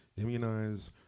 Immunize